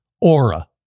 Aura